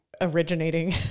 originating